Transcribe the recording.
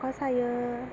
ख'खा सायो